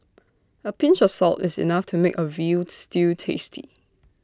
A pinch of salt is enough to make A Veal Stew tasty